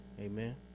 Amen